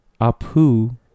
Apu